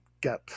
get